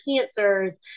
cancers